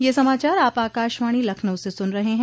ब्रे क यह समाचार आप आकाशवाणी लखनऊ से सुन रहे हैं